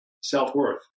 self-worth